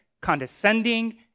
condescending